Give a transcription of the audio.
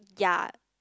yea